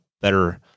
better